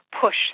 push